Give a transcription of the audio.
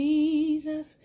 Jesus